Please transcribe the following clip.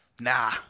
nah